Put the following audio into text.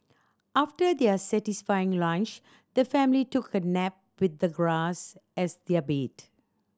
after their satisfying lunch the family took a nap with the grass as their bed